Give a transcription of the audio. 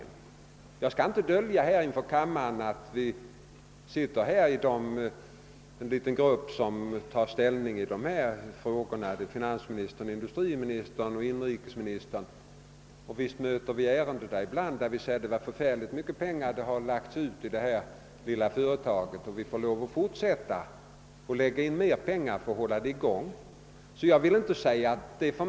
Men jag skall inte dölja för kammaren att vi är en liten grupp som bedömer dessa frågor, nämligen finansministern, industriministern och inrikesministern, och visst stöter vi ibland på ärenden som får oss att utbrista: Det var förfärligt mycket pengar som lagts ut på detta lilla företag! Och ännu mer måste vi tydligen satsa för att hålla det i gång.